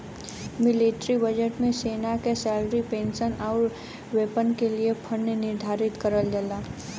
military budget में सेना क सैलरी पेंशन आउर वेपन क लिए फण्ड निर्धारित करल जाला